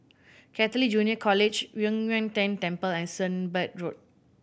Catholic Junior College Yu Huang Tian Temple and Sunbird Road